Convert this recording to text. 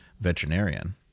veterinarian